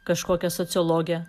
kažkokią sociologę